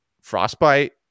frostbite